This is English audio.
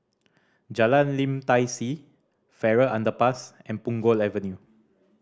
Jalan Lim Tai See Farrer Underpass and Punggol Avenue